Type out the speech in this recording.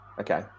Okay